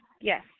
Yes